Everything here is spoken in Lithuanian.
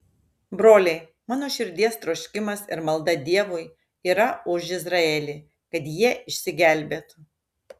broliai mano širdies troškimas ir malda dievui yra už izraelį kad jie išsigelbėtų